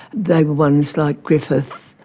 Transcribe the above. they were ones like griffith,